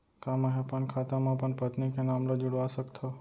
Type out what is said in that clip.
का मैं ह अपन खाता म अपन पत्नी के नाम ला जुड़वा सकथव?